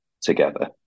together